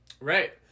Right